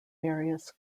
various